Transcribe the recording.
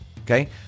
okay